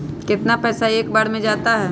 कितना पैसा एक बार में जाता है?